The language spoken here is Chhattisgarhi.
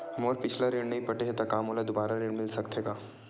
मोर पिछला ऋण नइ पटे हे त का मोला दुबारा ऋण मिल सकथे का?